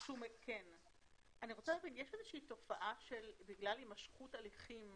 יש איזושהי תופעה שבגלל הימשכות הליכים